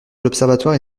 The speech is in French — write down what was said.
l’observatoire